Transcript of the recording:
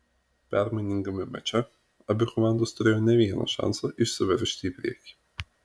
permainingame mače abi komandos turėjo ne vieną šansą išsiveržti į priekį